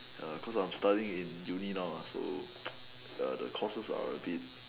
err cause I'm studying in uni now so the courses are abit